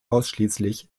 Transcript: ausschließlich